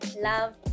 love